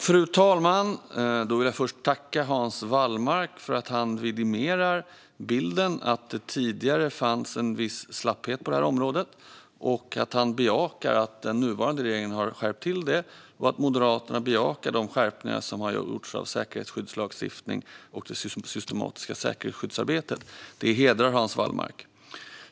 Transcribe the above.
Fru talman! Jag vill först tacka Hans Wallmark för att han vidimerar bilden att det tidigare fanns en viss slapphet på det här området, för att han bekräftar att den nuvarande regeringen har skärpt till den och för att Moderaterna bejakar de skärpningar av säkerhetsskyddslagstiftningen och det systematiska säkerhetsskyddsarbete som har gjorts. Det hedrar Hans Wallmark.